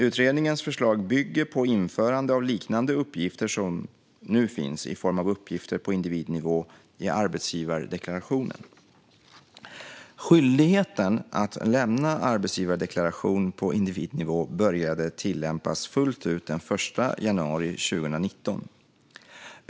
Utredningens förslag bygger på införande av liknande uppgifter som nu finns i form av uppgifter på individnivå i arbetsgivardeklarationen. Skyldigheten att lämna arbetsgivardeklaration på individnivå började tillämpas fullt ut den 1 januari 2019.